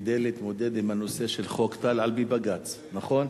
כדי להתמודד עם הנושא של חוק טל על-פי בג"ץ, נכון?